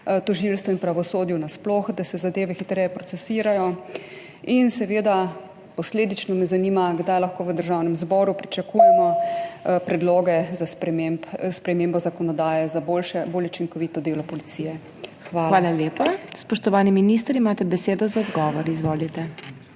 tožilstvu in pravosodju nasploh, da se zadeve hitreje procesirajo. Posledično me zanima: Kdaj lahko v Državnem zboru pričakujemo predloge za spremembo zakonodaje za boljše, bolj učinkovito delo policije? Hvala. **PODPREDSEDNICA MAG. MEIRA HOT:** Hvala lepa. Spoštovani minister, imate besedo za odgovor. Izvolite.